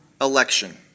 election